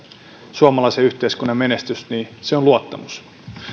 suomalaisen yhteiskunnan menestys niin se on luottamus